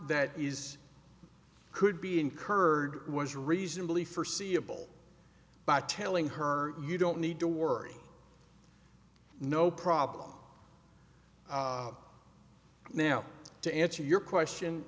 that is could be incurred was reasonably forseeable by telling her you don't need to worry no problem now to answer your question